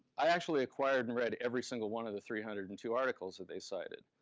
i actually acquired and read every single one of the three hundred and two articles that they cited.